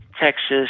Texas